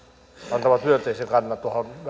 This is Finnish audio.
antavat myönteisen kannan tuohon